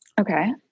okay